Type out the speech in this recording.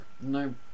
No